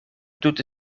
tute